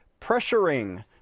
pressuring